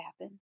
happen